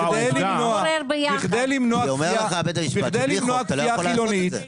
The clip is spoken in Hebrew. אומר בית המשפט שבלי חוק אתה לא יכול לעשות את זה.